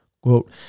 quote